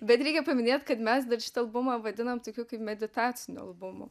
bet reikia paminėt kad mes dar šitą albumą vadinam tokiu kaip meditaciniu albumu